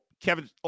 Kevin